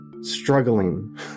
struggling